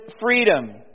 freedom